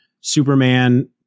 Superman